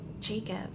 Jacob